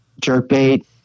jerkbait